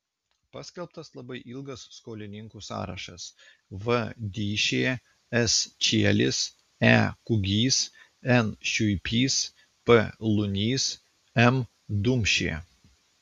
paskelbtas labai ilgas skolininkų sąrašas v dyšė s čielis e kugys n šiuipys p lunys m dumšė